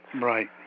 Right